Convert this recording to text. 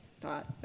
thought